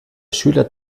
schüler